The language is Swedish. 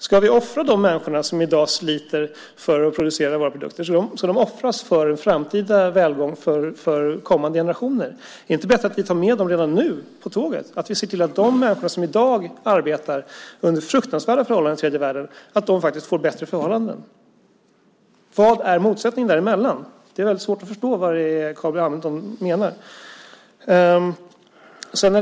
Ska vi offra de människor som i dag sliter med att tillverka produkterna för oss och för framtida välgång för kommande generationer? Är det inte bättre att vi tar med dem nu på tåget, att vi ser till att de människor som i dag arbetar under fruktansvärda omständigheter i tredje världen får bättre förhållanden? Vad är motsättningen? Det är svårt att förstå vad Carl B Hamilton menar.